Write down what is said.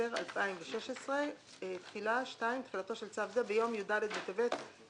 בספטמבר 2016). תחילה תחילתו של צו זה ביום י"ד בטבת התשע"ח